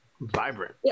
vibrant